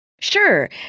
Sure